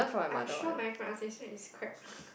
I'm sure my pronunciation is crap